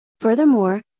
Furthermore